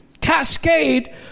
cascade